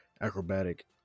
acrobatic